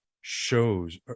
shows